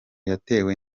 yatewe